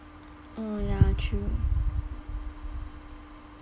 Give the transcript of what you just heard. oh ya true